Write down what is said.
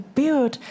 build